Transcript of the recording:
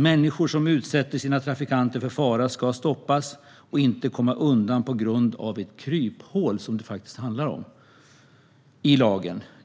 Människor som utsätter sina medtrafikanter för fara ska stoppas och inte komma undan på grund av ett kryphål i lagen, som det faktiskt handlar om.